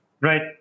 Right